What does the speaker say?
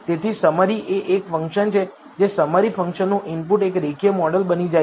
તેથી સમરી એ એક ફંક્શન છે જે સમરી ફંક્શનનું ઇનપુટ એક રેખીય મોડેલ બની જાય છે